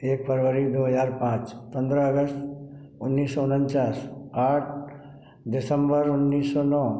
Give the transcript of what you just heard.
एक फरवरी दो हजार पाँच पंद्रह अगस्त उन्नीस सौ उनचास आठ दिसंबर उन्नीस सौ नौ